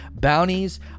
bounties